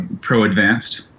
pro-advanced